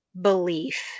belief